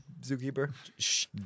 zookeeper